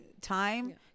time